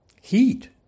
heat